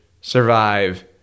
survive